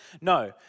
No